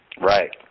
Right